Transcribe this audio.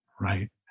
right